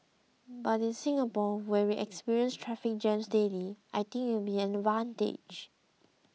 but in Singapore where we experience traffic jams daily I think it will be an advantage